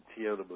Tiananmen